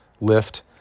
lift